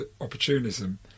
opportunism